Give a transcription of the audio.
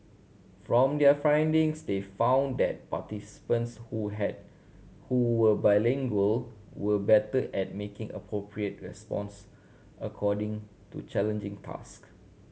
from their findings they found that participants who had who were bilingual were better at making appropriate response according to challenging task